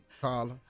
Carla